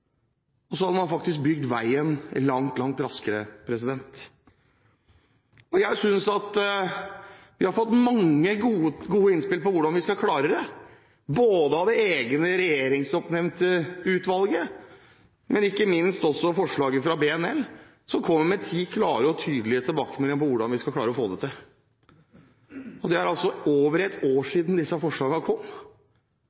og så hadde man faktisk bygd veien langt raskere. Jeg synes vi har fått mange gode innspill om hvordan vi skal klare det, både fra det regjeringsoppnevnte utvalget og ikke minst i forslaget fra BNL, som kommer med ti klare og tydelige tilbakemeldinger om hvordan vi kan få det til. Det er over ett år